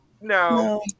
no